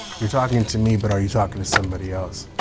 you're talking to me but are you talking to somebody else?